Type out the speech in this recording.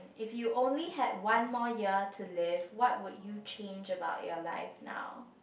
if you only had one more year to live what would you change about your life now